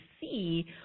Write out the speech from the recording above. see